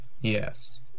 Yes